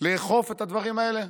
לאכוף את הדברים האלה?